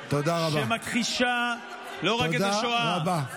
שמכחישה לא רק את השואה,